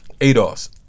Ados